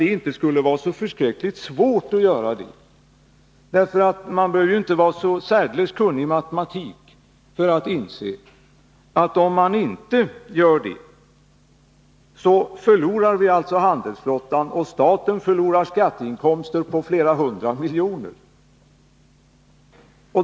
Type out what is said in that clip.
Det borde inte vara så förskräckligt svårt att göra det. Man behöver nämligen inte vara så särdeles kunnig i matematik för att inse, att om inte samhället träder in förlorar vi handelsflottan och staten förlorar skatteinkomster på flera hundra miljoner.